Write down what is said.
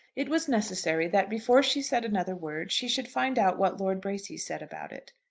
it was necessary that, before she said another word, she should find out what lord bracy said about it.